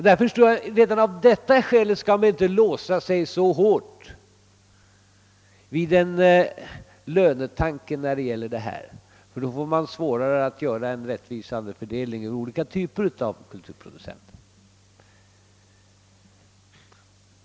Därför bör man redan av detta skäl inte låsa sig så hårt vid en lönetanke, eftersom man då får svårare att göra en rättvisande fördelning mellan olika typer av kulturproducenter.